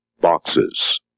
boxes